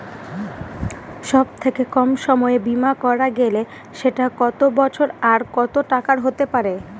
সব থেকে কম সময়ের বীমা করা গেলে সেটা কত বছর আর কত টাকার হতে পারে?